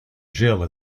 gill